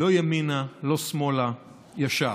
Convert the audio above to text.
לא ימינה, לא שמאלה, ישר.